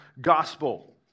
gospel